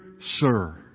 Sir